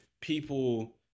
people